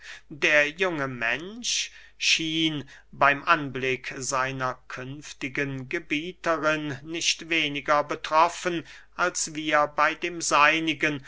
der junge mensch schien beym anblick seiner künftigen gebieterin nicht weniger betroffen als wir bey dem seinigen